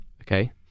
Okay